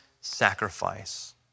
sacrifice